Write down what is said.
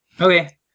Okay